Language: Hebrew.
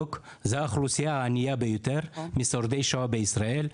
האוכלוסיה הענייה ביותר מבין שורדי השואה בישראל.